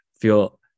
feel